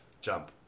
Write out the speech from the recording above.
jump